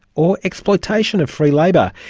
or exploitation of free labour?